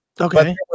Okay